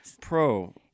pro